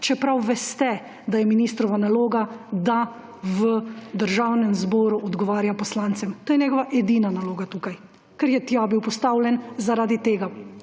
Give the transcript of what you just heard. čeprav veste, da je ministrova naloga, da v Državnem zboru odgovarja poslancem. To je njegova edina naloga tukaj, ker je tja bil postavljen zaradi tega